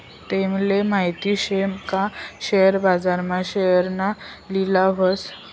तूमले माहित शे का शेअर बाजार मा शेअरना लिलाव व्हस